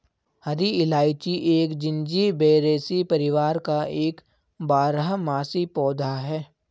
हरी इलायची एक जिंजीबेरेसी परिवार का एक बारहमासी पौधा है